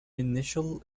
initial